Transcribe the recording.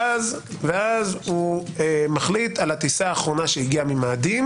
ואז הוא מחליט על הטיסה האחרונה שהגיעה ממאדים